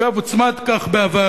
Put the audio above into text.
ואגב, הוצמד כך בעבר.